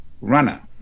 runner